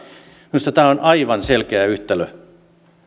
minusta tämä on aivan selkeä yhtälö